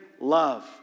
love